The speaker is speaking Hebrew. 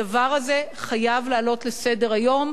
הדבר הזה חייב לעלות על סדר-היום.